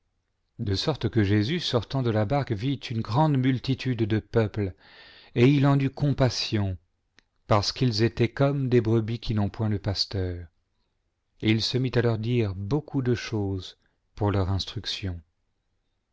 de sorte que jésus sortant de la bar que vit une grande multitude de peuple et il en eut compassion parce qu'ils étaient comme des brebis qui n'ont point de pasteur j et il se mit à leur dire beaucoup de choses pour leur instruction